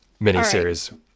miniseries